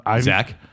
Zach